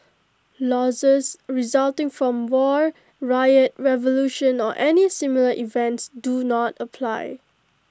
losses resulting from war riot revolution or any similar events do not apply